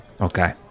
Okay